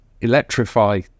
Electrify